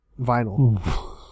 Vinyl